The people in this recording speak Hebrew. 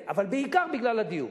אבל בעיקר בגלל הדיור.